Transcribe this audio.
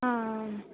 आं